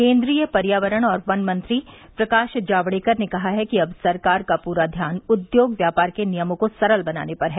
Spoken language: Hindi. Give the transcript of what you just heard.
केंद्रीय पर्यावरण और वनमंत्री प्रकाश जावड़ेकर ने कहा है कि अब सरकार का पूरा ध्यान उद्योग व्यापार के नियमों को सरल बनाने पर है